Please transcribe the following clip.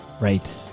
Right